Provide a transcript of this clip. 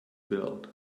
built